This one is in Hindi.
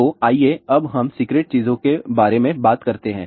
तो आइए अब हम सीक्रेट चीजों के बारे में बात करते हैं